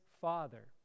father